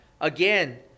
again